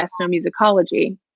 ethnomusicology